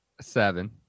Seven